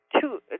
two